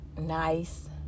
nice